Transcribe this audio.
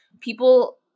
people